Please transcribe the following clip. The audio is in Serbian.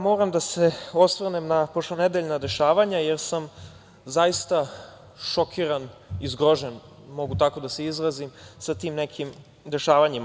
Moram da se osvrnem na prošlonedeljna dešavanja, jer sam zaista šokiran i zgrožen, mogu tako da se izrazim sa tim nekim dešavanjima.